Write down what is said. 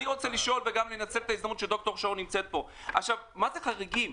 אני רוצה לשאול ולנצל את ההזדמנות שד"ר שרון נמצאת פה - מה זה חריגים?